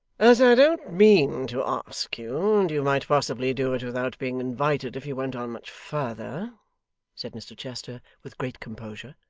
as i don't mean to ask you, and you might possibly do it without being invited if you went on much further said mr chester with great composure,